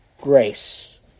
grace